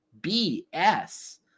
BS